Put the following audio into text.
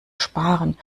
sparen